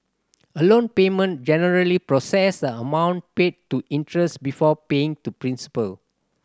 a loan payment generally process the amount paid to interest before paying to principal